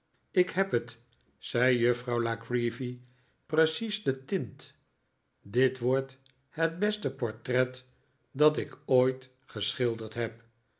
ik heb het zei juffrouw la creevy precies de tint dit wordt het beste portret dat ik ooit geschilderd heb